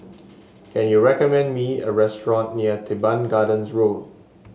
can you recommend me a restaurant near Teban Gardens Road